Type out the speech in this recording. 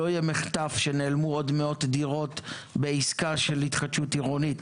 שלא יהיה מחטף שנעלמו עוד מאות דירות בעסקה של התחדשות עירונית